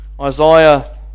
Isaiah